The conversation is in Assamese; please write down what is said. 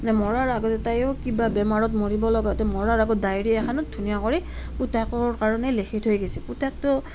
মৰাৰ আগতে তাইও কিবা বেমাৰত মৰিব লগা হওঁতে মৰাৰ আগত ডায়েৰি এখানত ধুনীয়া কৰি পুতেকৰ কাৰণে লিখি থৈ গৈছে পুতেকটো